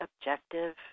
objective